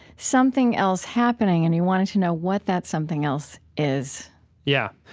something else happening, and you wanted to know what that something else is yeah,